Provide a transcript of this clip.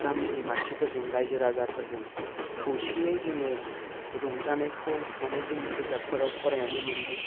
गामिनि मानसिफोरजों रायजो राजाफोरजों खौसेयै जोङो रंजानायखौ माने जों बिजाबफोराव फरायनानै मोनदों